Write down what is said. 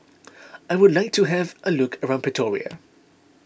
I would like to have a look around Pretoria